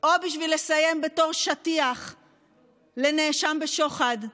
או בשביל לסיים בתור שטיח לנאשם בשוחד,